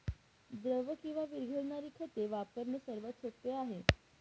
द्रव किंवा विरघळणारी खते वापरणे सर्वात सोपे आहे